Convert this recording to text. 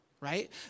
right